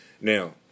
Now